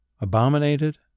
abominated